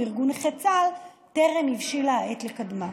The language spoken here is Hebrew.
ארגון נכי צה"ל טרם הבשילה העת לקדמה.